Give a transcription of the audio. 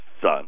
son